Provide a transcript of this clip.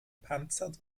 panzer